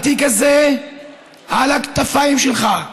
התיק הזה על הכתפיים שלך,